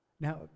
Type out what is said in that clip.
Now